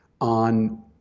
on